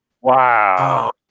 Wow